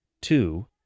two